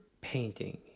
painting